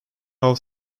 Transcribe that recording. how